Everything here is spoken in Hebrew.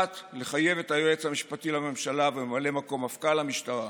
1. לחייב את היועץ המשפטי לממשלה וממלא מקום מפכ"ל המשטרה